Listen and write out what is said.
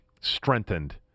strengthened